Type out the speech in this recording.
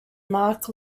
marc